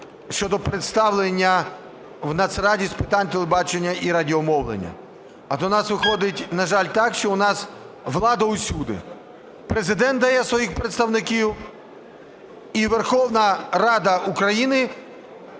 щодо представлення в Нацраді з питань телебачення і радіомовлення. А то у нас виходить, на жаль, так, що у нас влада всюди: Президент дає своїх представників і Верховна Рада України